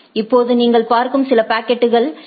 இப்போது நீங்கள் பார்க்கும் சில பாக்கெட்டுகள் ஏ